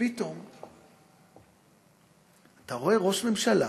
ופתאום אתה רואה ראש ממשלה,